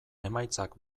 emaitzak